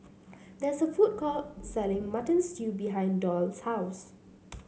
there is a food court selling Mutton Stew behind Doyle's house